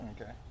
Okay